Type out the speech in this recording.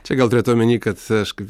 čia gal turėta omeny kad aš kai